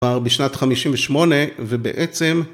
כבר בשנת 58' ובעצם...